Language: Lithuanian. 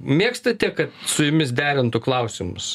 mėgstate kad su jumis derintų klausimus